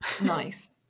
Nice